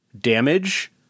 damage